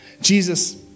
Jesus